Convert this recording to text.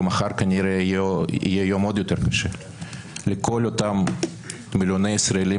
ומחר כנראה יהיה יום עוד יותר קשה לכל אותם מיליוני ישראלים